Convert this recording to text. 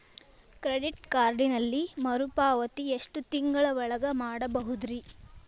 Credit ಕಾರ್ಡಿನಲ್ಲಿ ಮರುಪಾವತಿ ಎಷ್ಟು ತಿಂಗಳ ಒಳಗ ಮಾಡಬಹುದ್ರಿ?